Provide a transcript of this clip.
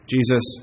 Jesus